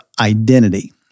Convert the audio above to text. identity